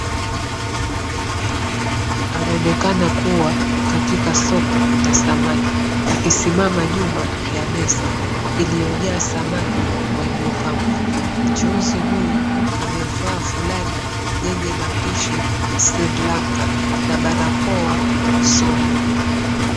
Samaki. Anaonekana kuwa katika soko la samaki akisimama nyuma ya meza iliyojaa samaki waliopangwa. Mchuuzi huyu amevaa fulana yenye maandishi, "Sri Lanka," na barakoa usoni.